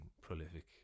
Prolific